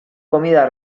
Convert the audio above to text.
comida